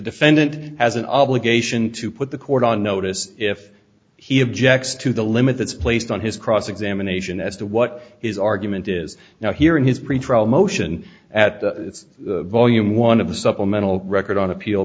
defendant has an obligation to put the court on notice if he objects to the limits placed on his cross examination as to what his argument is now here in his pretrial motion at the it's volume one of the supplemental record on appeal